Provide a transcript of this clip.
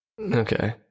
okay